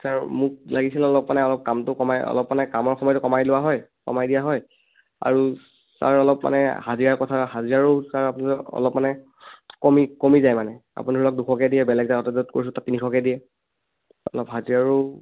sir মোক লাগিছিল অলপ মানে অলপ কামটো কমাই অলপ মানে কামৰ সময়টো কমাই লোৱা হয় কমাই দিয়া হয় আৰু ছাৰ অলপ মানে হাজিৰাৰ কথা হাজিৰাৰো ছাৰ আপোনাৰ অলপ মানে কমি কমি যায় মানে আপোনালোকে দুশকৈ দিয়ে বেলেগ জাগাত য'ত কৰিছোঁ তাত তিনিশকৈ দিয়ে অলপ হাজিৰাৰো